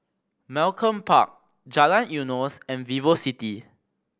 Malcolm Park Jalan Eunos and VivoCity